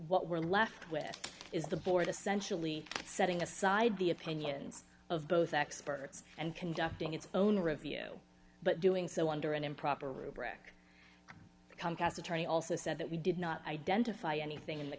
what we're left with is the board essentially setting aside the opinions of both experts and conducting its own review but doing so under an improper rubric comcast attorney also said that we did not identify anything in the